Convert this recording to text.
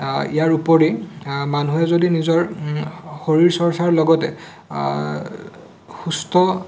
ইয়াৰ উপৰি মানুহে যদি নিজৰ শৰীৰ চৰ্চাৰ লগতে সুস্থ